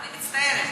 אני מצטערת.